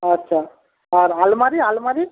আচ্ছা আর আলমারি আলমারি